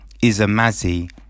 Isamazi